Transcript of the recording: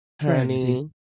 Honey